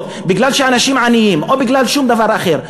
מפני שהאנשים עניים או בגלל דבר אחר,